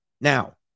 Now